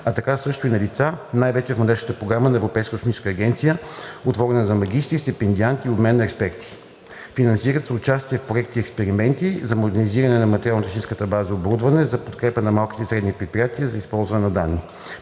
а така също и на лица най-вече в младежката програма на Европейската космическа агенция, отворена за магистри, стипендианти, за обмен на експерти. Финансират се участия в проекти и експерименти за модернизиране на материално-техническата база и оборудването, за подкрепа на малките и средни предприятия, за използване на данни.